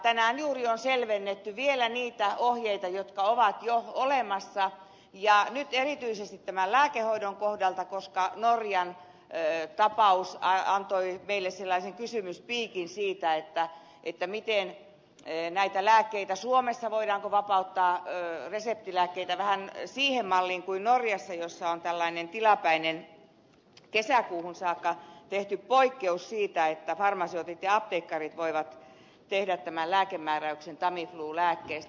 tänään juuri on selvennetty vielä niitä ohjeita jotka ovat jo olemassa erityisesti tämän lääkehoidon kohdalta koska norjan tapaus antoi meille sellaisen kysymyspiikin siitä voidaanko näitä reseptilääkkeitä suomessa vapauttaa vähän siihen malliin kuin norjassa missä on tällainen tilapäinen kesäkuuhun saakka tehty poikkeus siitä että farmaseutit ja apteekkarit voivat tehdä tämän lääkemääräyksen tamiflu lääkkeestä